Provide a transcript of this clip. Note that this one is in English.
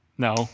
No